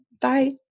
Bye